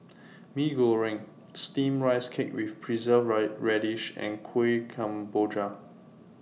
Mee Goreng Steamed Rice Cake with Preserved Radish and Kueh Kemboja